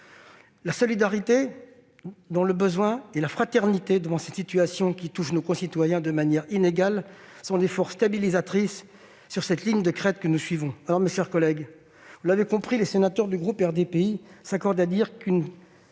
La solidarité dans le besoin et la fraternité devant cette situation qui touche nos citoyens de manière inégale sont les forces stabilisatrices sur cette ligne de crête que nous suivons. Mes chers collègues, vous l'aurez compris, les sénateurs du groupe RDPI s'accordent à dire qu'une